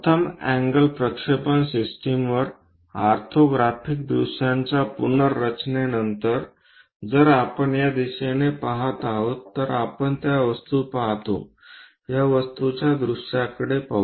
प्रथम अँगल प्रक्षेपण सिस्टमवर ऑर्थोग्राफिक दृश्यांच्या पुनर्रचना नंतर जर आपण या दिशेने पहात आहोत तर आपण त्या वस्तू पाहतो या वस्तूची दृश्याकडे पाहू